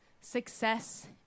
success